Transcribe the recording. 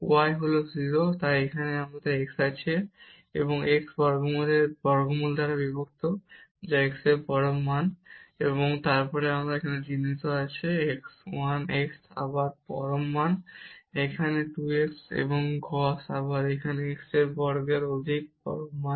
Y হল 0 এখন তাই আমাদের এখানে x আছে এবং x বর্গমূলের বর্গমূল দ্বারা বিভক্ত যা x এর পরম মান এবং তারপর আমাদের এখানে এই চিহ্ন আছে 1 আবার x প্লাসের পরম মান এই 2 x এবং cos আবার এখানে x এর বর্গের অধিক পরম মান